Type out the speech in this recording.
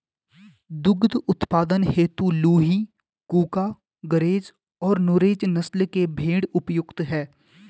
दुग्ध उत्पादन हेतु लूही, कूका, गरेज और नुरेज नस्ल के भेंड़ उपयुक्त है